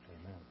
Amen